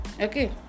Okay